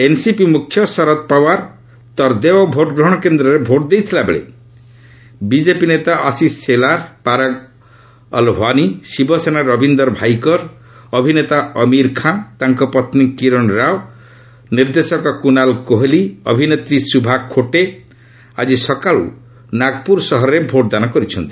NCP ମୁଖ୍ୟ ଶରଦ୍ ପାୱାର୍ ତରଦେଓ vote ଗ୍ରହଣ କେନ୍ଦ୍ରରେ ଭୋଟ୍ ଦେଇଥିବା ବେଳେ ବିଜେପି ନେତା ଆଶିଶ ସେଲାର ପାରଗ ଅଲହ୍ୱାନି ଶିବସେନାର ରବିନ୍ଦର ଭାଇକର ଅଭିନେତା ଅମିର ଖାଁ ତାଙ୍କ ପତ୍ନୀ କିରଣ ରାଓ ନିର୍ଦ୍ଦେଶକ କୁନାଲ କୋହଲି ଅଭିନେତ୍ରୀ ସୁଭା ଖୋଟେ ଆଜି ସକାଳୁ ନାଗପୁର ସହରରେ ଭୋଟ୍ଦାନ କରିଛନ୍ତି